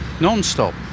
non-stop